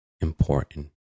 important